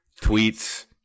tweets